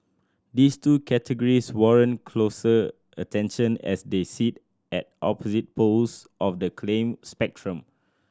these two categories warrant closer attention as they sit at opposite poles of the claim spectrum